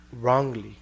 wrongly